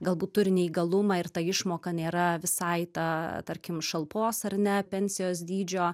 galbūt turi neįgalumą ir ta išmoka nėra visai ta tarkim šalpos ar ne pensijos dydžio